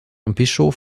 bischof